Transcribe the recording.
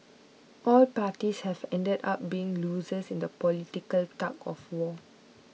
all parties have ended up being losers in the political tug of war